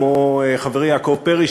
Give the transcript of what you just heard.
כמו חברי יעקב פרי,